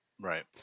Right